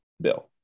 bill